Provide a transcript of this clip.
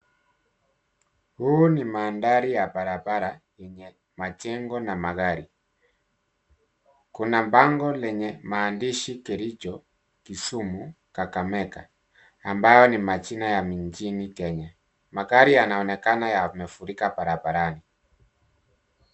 Huu ni mandhari ya barabara yenye majengo na magari. Kuna bango lenye maandishi Kericho, Kisumu, Kakamega, ambayo ni majina ya mijini Kenya. Magari yanaonekana yamefurika barabarani.